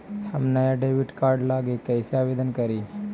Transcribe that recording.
हम नया debit card लागी कईसे आवेदन करी?